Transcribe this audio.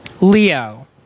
Leo